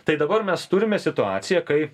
tai dabar mes turime situaciją kai